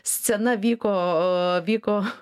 scena vyko vyko